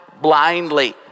blindly